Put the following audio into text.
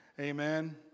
Amen